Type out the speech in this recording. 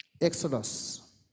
Exodus